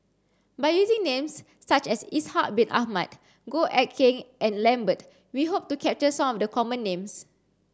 by using names such as Ishak bin Ahmad Goh Eck Kheng and Lambert we hope to capture some of the common names